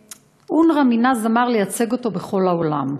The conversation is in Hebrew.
אונר"א מינה זמר לייצג אותו בכל העולם,